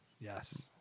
Yes